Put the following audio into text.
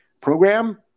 program